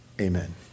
Amen